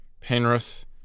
Penrith